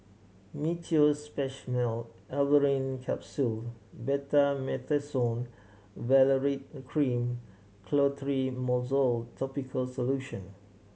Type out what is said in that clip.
Meteospasmyl Alverine Capsule Betamethasone Valerate Cream Clotrimozole Topical Solution